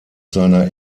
seiner